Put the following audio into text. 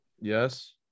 Yes